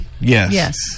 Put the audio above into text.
Yes